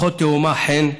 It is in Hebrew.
אחות תאומה חן,